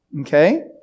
okay